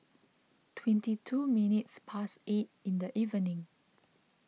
twenty two minutes past eight in the evening